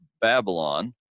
Babylon